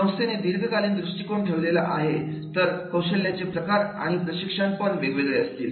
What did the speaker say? संस्थेने दीर्घकालीन दृष्टिकोन ठेवलेला आहे तर कौशल्य चे प्रकार आणि प्रशिक्षण पण वेगवेगळे असतील